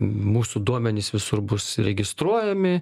mūsų duomenys visur bus registruojami